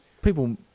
People